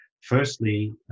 firstly